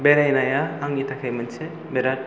बेरायनाया आंनि थाखाय मोनसे बिराद